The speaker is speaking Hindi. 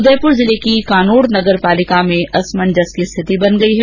उदयपुर जिले के कानोड नगर पालिका में असमंजस की स्थिति बन गई है